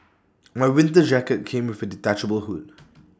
my winter jacket came with A detachable hood